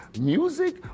music